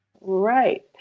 Right